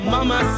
Mama